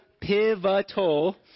pivotal